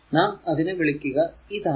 നാം അതിനെ വിളിക്കുക ഇതാണ്